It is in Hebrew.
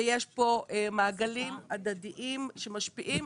ויש פה מעגלים הדדיים שמשפיעים.